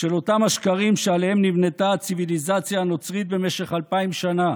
של אותם השקרים שעליהם נבנתה הציוויליזציה הנוצרית במשך אלפיים שנה.